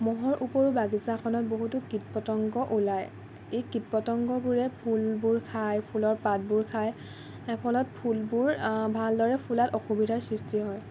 মহৰ উপৰিও বাগিচাখনত বহুতো কীট পতংগ ওলায় এই কীট পতংগবোৰে ফুলবোৰ খাই ফুলৰ পাতবোৰ খাই ফলত ফুলবোৰ ভালদৰে ফুলাত অসুবিধাৰ সৃষ্টি হয়